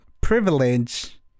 privilege